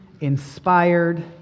inspired